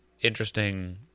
interesting